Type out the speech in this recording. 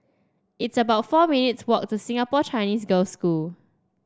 it's about four minutes' walk to Singapore Chinese Girls' School